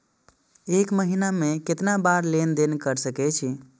एक महीना में केतना बार लेन देन कर सके छी?